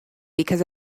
because